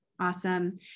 Awesome